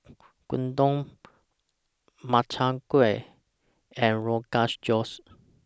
Gyudon Makchang Gui and Rogans Josh